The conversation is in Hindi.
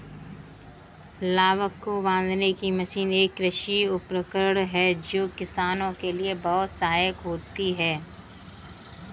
लावक को बांधने की मशीन एक कृषि उपकरण है जो किसानों के लिए बहुत सहायक होता है